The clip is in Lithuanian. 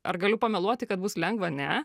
ar galiu pameluoti kad bus lengva ne